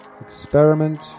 Experiment